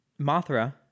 Mothra